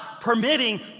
permitting